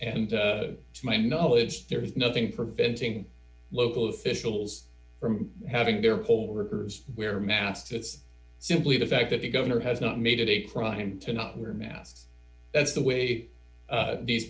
and to my knowledge there is nothing preventing local officials from having their poll workers wear masks it's simply the fact that the governor has not made it a crime to not wear masks that's the way these